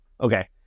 Okay